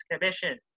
Commission